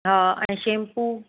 हा ऐं शैम्पू